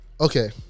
okay